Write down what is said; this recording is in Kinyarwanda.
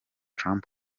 trump